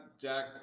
Jack